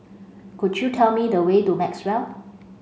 could you tell me the way to Maxwell